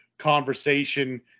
conversation